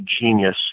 genius